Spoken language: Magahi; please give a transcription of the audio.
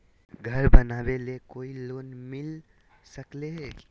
घर बनावे ले कोई लोनमिल सकले है?